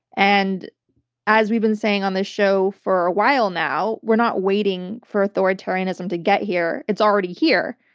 and as we've been saying on this show for a while now, we're not waiting for authoritarianism to get here. it's already here.